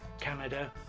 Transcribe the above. Canada